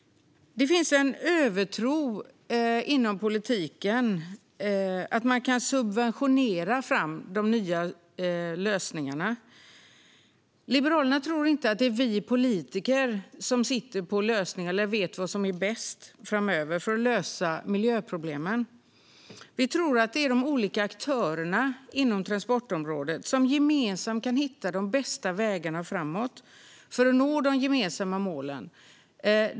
Det finns en övertro inom politiken på att man kan subventionera fram de nya lösningarna. Liberalerna tror inte att det är vi politiker som sitter på lösningarna eller vet vad som är bäst framöver för att lösa miljöproblemen. Vi tror att det är de olika aktörerna inom transportområdet som gemensamt kan hitta de bästa vägarna framåt för att nå de gemensamma målen.